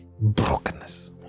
brokenness